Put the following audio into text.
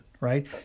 right